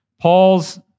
Paul's